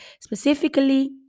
specifically